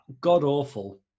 god-awful